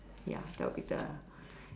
ya that would be the